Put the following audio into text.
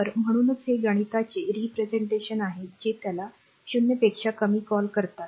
तर म्हणूनच हे गणिताचे रिप्रेझेंटेशन प्रतिनिधित्व आहे जे त्याला ० पेक्षा कमी कॉल करतात